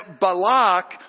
Balak